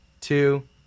two